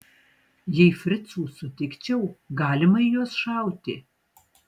jei fricų sutikčiau galima į juos šauti